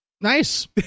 Nice